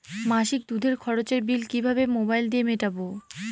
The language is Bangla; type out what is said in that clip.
মাসিক দুধের খরচের বিল কিভাবে মোবাইল দিয়ে মেটাব?